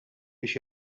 biex